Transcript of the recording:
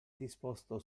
disposto